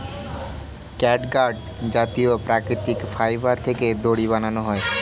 catgut জাতীয় প্রাকৃতিক fibre থেকে দড়ি বানানো হয়